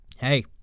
hey